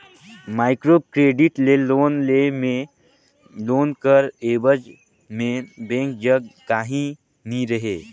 micro credit ले loan लेय में लोन कर एबज में बेंक जग काहीं नी रहें